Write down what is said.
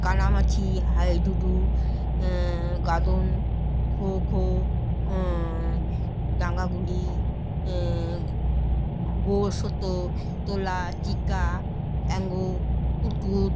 কানামাছি হাডুডু গাদন খো খো ডাংগুলি গোশতো তোলা চিকা অ্যাঙ্গো কুতকুত